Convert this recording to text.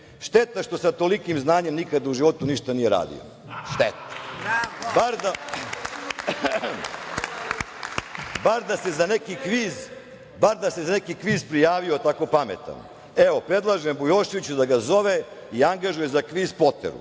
što sa tolikim znanjem nikada u životu ništa nije radio. Šteta. Bar da se za neki kviz prijavio tako pametan. Evo predlažem Bujoševiću da ga zove i angažuje za kviz „Potera“,